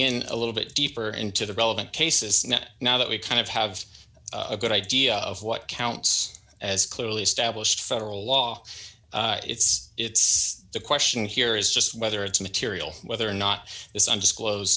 in a little bit deeper into the relevant cases now that we kind of have a good idea of what counts as clearly established federal law it's the question here is just whether it's material whether or not this undisclosed